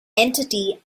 entity